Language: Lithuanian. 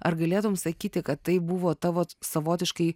ar galėtum sakyti kad tai buvo tavo savotiškai